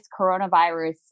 coronavirus